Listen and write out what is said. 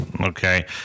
okay